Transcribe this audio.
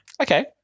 Okay